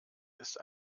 ist